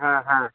हा हा